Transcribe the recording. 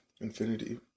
Infinity